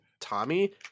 Tommy